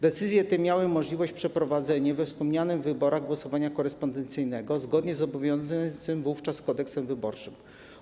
Decyzje te miały umożliwić przeprowadzenie we wspomnianych wyborach głosowania korespondencyjnego zgodnie z obowiązującym wówczas Kodeksem wyborczym.